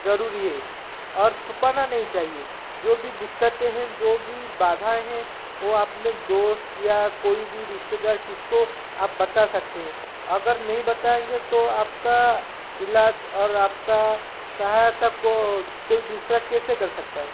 जरूरी है और छुपाना नहीं चाहिए जो भी दिक्कतें हैं जो भी बाधाएँ हैं वह आपने दोस्त या कोई भी रिश्तेदार किसको आप बता सकते हैं अगर नहीं बताएँगे तो आपका इलाज और आपका सहायता कोई दूसरा कैसे कर सकता है